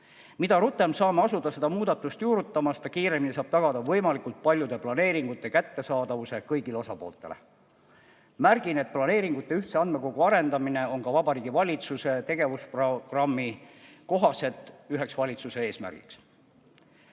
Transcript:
Mida rutem saame asuda seda muudatust juurutama, seda kiiremini saab tagada võimalikult paljude planeeringute kättesaadavuse kõigile osapooltele. Märgin, et planeeringute ühtse andmekogu arendamine on ka Vabariigi Valitsuse tegevusprogrammi kohaselt üks valitsuse eesmärk.